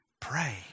Pray